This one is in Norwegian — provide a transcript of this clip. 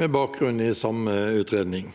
med bakgrunn i samme utredning.